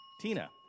Tina